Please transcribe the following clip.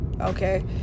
Okay